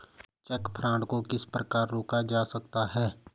Check fraud को किस प्रकार रोका जा सकता है?